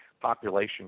population